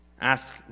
Ask